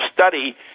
study